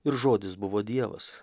ir žodis buvo dievas